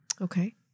Okay